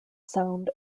sound